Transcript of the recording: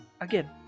Again